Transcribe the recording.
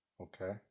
Okay